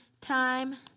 time